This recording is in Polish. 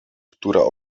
która